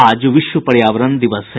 आज विश्व पर्यावरण दिवस है